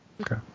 Okay